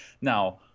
Now